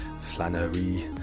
Flannery